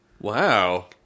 Wow